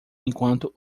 enquanto